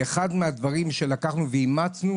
אחד הדברים שאימצנו,